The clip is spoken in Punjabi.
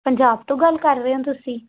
ਪੰਜਾਬ ਤੋਂ ਗੱਲ ਕਰ ਰਹੇ ਹੋ ਤੁਸੀਂ